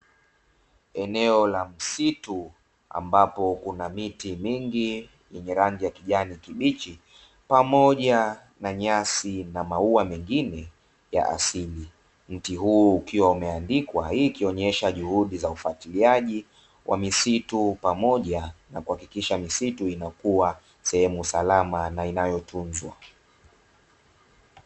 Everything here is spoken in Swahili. Eneo la msitu ambapo kuna miti mingi yenye rangi ya kijani kibichi, pamoja na nyasi na maua mengine ya asili. Mti huu ukiwa umeandikwa, hii ikionyesha juhudi za ufatiliaji wa misitu pamoja na kuhakikisha misitu inakuwa sehemu salama na inayotunzwa.